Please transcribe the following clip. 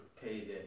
payday